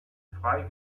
frei